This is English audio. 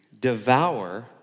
devour